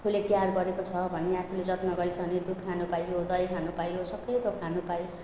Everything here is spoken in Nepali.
आफूले केयर गरेको छ भने आफूले जतन गरेको छ भने दुध खानु पाइयो दही खानु पाइयो सबै थोक खानु पाइयो